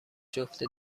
جفت